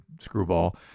screwball